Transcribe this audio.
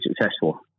successful